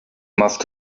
must